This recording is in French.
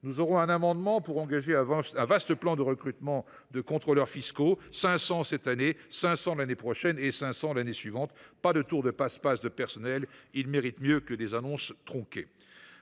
donc un amendement visant à engager un vaste plan de recrutement de contrôleurs fiscaux : 500 cette année, 500 l’année prochaine et 500 l’année suivante. Pas de tour de passe passe ! Les personnels méritent mieux que des annonces tronquées